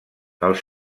els